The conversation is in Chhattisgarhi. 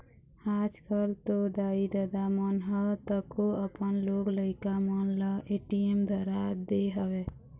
आजकल तो दाई ददा मन ह तको अपन लोग लइका मन ल ए.टी.एम धरा दे हवय